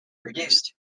reduced